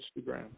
Instagram